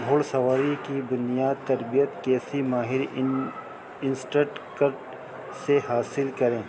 بھوڑ سواری کی بنیاد تربیت کیسی ماہر ان انسٹٹکٹ سے حاصل کریں